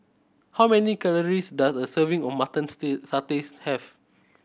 how many calories does a serving of mutton stay sataies have